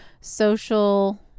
social